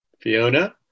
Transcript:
Fiona